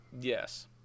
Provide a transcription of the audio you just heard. Yes